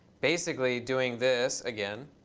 basically doing this again.